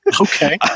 Okay